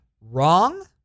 wrong